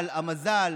הגורל, המזל,